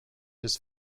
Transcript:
his